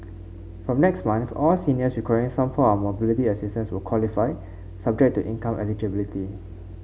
from next month all seniors requiring some form of mobility assistance will qualify subject to income eligibility